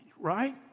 right